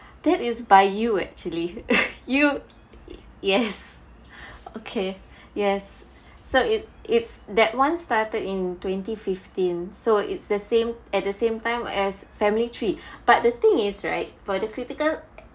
that is by you actually you yes okay yes so it it's that one started in twenty fifteen so it's the same at the same time as family tree but the thing is right for the critical